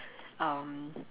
um